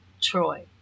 Troy